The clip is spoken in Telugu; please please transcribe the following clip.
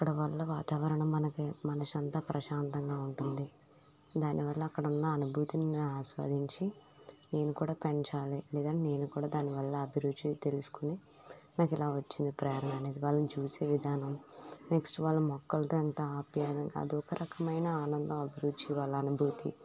అక్కడ ఉన్న వాతావరణం మనకి మనసంతా ప్రశాంతంగా ఉంటుంది దాన్నీవల్ల అక్కడ ఉన్న అనుభూతిని ఆస్వాదించి నేను కూడా పెంచాలి లేదా నేను కూడా దానివల్ల అభిరుచి తెలుసుకుని నాకు ఇలా వచ్చింది ప్రేరణ అనేది వాళ్ళని చూసిన విధానం నెక్స్ట్ వాళ్ళు మొక్కలతో ఎంత ఆప్యాయతను అదొకరకమైన ఆనందం అభిరుచి వల్ల అనిభూతి